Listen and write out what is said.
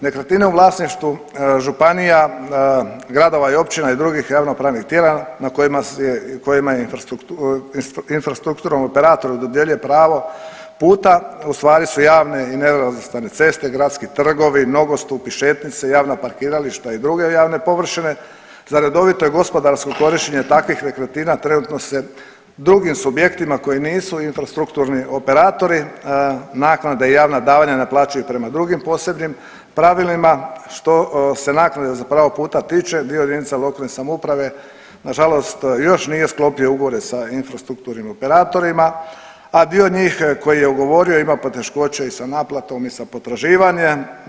Nekretnine u vlasništvu županija, gradova i općina i drugih javnopravnih tijela na kojima je infrastrukturalni operator dodjeljuje pravo puta ustvari su javne i nerazvrstane ceste, gradski trgovi, nogostupi, šetnice, javna parkirališta i druge javne površine, za redovito gospodarsko korištenje takvih nekretnina trenutno se drugim subjektima koji su nisu u infrastrukturni operatori, naknade i javna davanja ne plaćaju prema drugim posebnim pravilima, što se naknade za pravo puta tiče, dio jedinice lokalne samouprave nažalost još nije sklopio ugovore sa infrastrukturnim operatorima, a dio njih koji je ugovorio ima poteškoće i sa naplatom i sa potraživanjem.